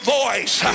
voice